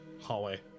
hallway